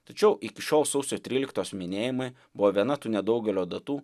tačiau iki šiol sausio tryliktos minėjimai buvo viena tų nedaugelio datų